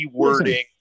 rewording